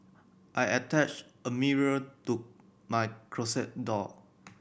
I attached a mirror to my closet door